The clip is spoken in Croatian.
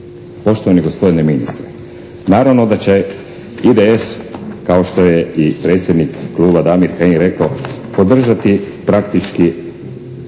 Poštovani gospodine ministre! Naravno da će IDS kao što je i predsjednik kluba Damir Kajin rekao podržati praktički